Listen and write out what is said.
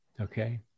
Okay